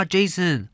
，Jason，